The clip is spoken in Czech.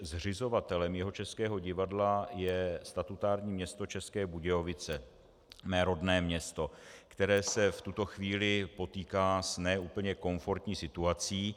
Zřizovatelem Jihočeského divadla je statutární město České Budějovice, mé rodné město, které se v tuto chvíli potýká s ne úplně komfortní situací.